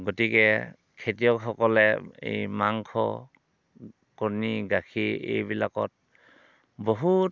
গতিকে খেতিয়কসকলে এই মাংস কণী গাখীৰ এইবিলাকত বহুত